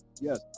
Yes